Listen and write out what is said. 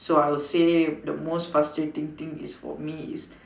so I would say the most frustrating thing is for me is